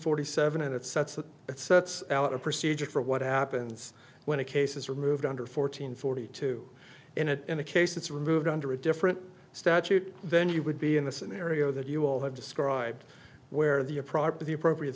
forty seven and it sets it sets out a procedure for what happens when a case is removed under fourteen forty two and it in a case it's removed under a different statute then you would be in the scenario that you all have described where the a prior to the appropriate